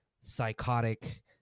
psychotic